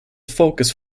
focus